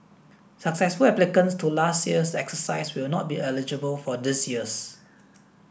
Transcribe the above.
successful applicants to last year's exercise will not be eligible for this year's